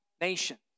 nations